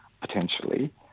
potentially